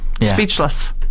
speechless